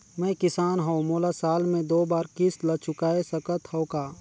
मैं किसान हव मोला साल मे दो बार किस्त ल चुकाय सकत हव का?